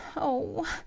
oh,